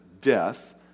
death